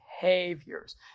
behaviors